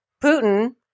Putin